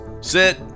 Sit